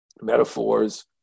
metaphors